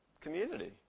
community